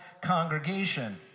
congregation